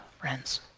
friends